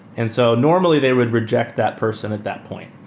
and so normally, they would reject that person at that point,